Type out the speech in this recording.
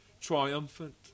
triumphant